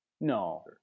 No